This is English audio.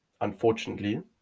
unfortunately